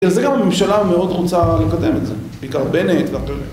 בגלל זה גם הממשלה מאוד רוצה לקדם את זה, בעיקר בנט ואחרים